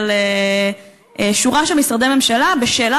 אליך ולשורה של משרדי ממשלה לפני כמה חודשים בשאלה